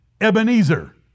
Ebenezer